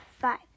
five